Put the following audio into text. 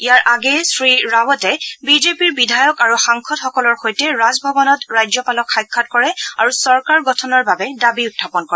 ইয়াৰ আগেয়ে শ্ৰীৰাৱতে বিজেপিৰ বিধায়ক আৰু সাংসদসকলৰ সৈতে ৰাজভৱনত ৰাজ্যপালক সাক্ষাৎ কৰে আৰু চৰকাৰ গঠনৰ বাবে দাবী উখাপন কৰে